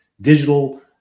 digital